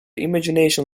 imagination